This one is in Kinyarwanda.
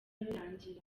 birangira